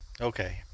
okay